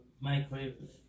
Microwave